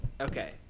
okay